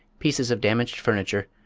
pieces of damaged furniture,